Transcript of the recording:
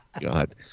God